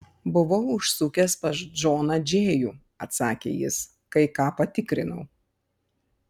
buvau užsukęs pas džoną džėjų atsakė jis kai ką patikrinau